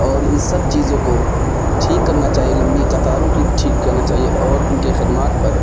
اور ان سب چیزوں کو ٹھیک کرنا چاہیے لمبی قطاروں کی ٹھیک کرنا چاہیے اور ان کے خدمات پر